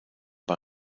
bei